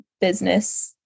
business